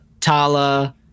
Tala